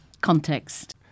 context